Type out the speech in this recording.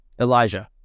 elijah